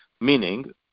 Meaning